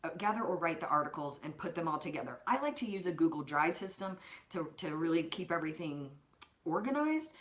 ah gather or write the articles and put them all together. i like to use a google drive system to to really keep everything organized.